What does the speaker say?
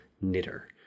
knitter